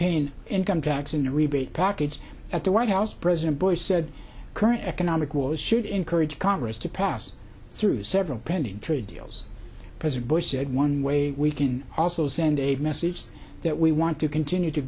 paying income tax in the rebate package at the white house president bush said current economic woes should encourage congress to pass through several pending through deals president bush said one way we can also send a message that we want to continue to